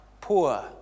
poor